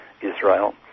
Israel